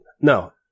No